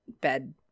bed